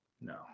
no